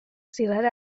zirrara